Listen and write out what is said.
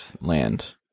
land